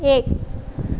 એક